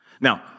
Now